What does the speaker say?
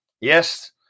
Yes